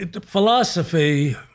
philosophy